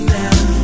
now